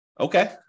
Okay